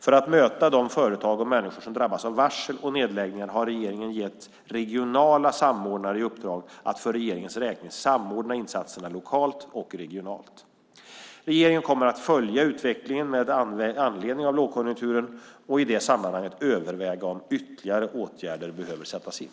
För att möta de företag och människor som drabbas av varsel och nedläggningar har regeringen gett regionala samordnare i uppdrag att för regeringens räkning samordna insatserna lokalt och regionalt. Regeringen kommer att följa utvecklingen med anledning av lågkonjunkturen och i det sammanhanget överväga om ytterligare åtgärder behöver sättas in.